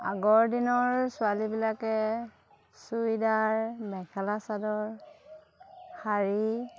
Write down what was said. আগৰ দিনৰ ছোৱালীবিলাকে চুইদাৰ মেখেলা চাদৰ শাৰী